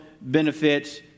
benefits